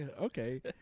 okay